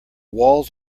walls